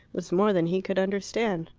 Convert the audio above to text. was more than he could understand.